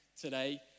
today